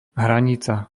hranica